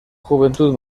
juventud